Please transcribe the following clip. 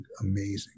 amazing